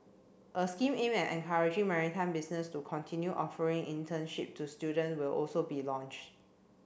a scheme aimed at encouraging maritime business to continue offering internship to student will also be launched